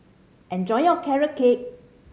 enjoy your Carrot Cake